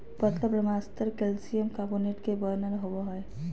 पतला बाह्यस्तर calcium carbonate के बनल होबो हइ